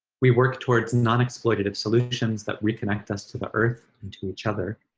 we work towards non-exploitative solutions that reconnect us to the earth and to each other.